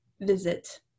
visit